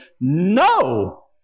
no